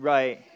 Right